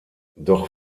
doch